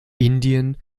indien